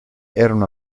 erano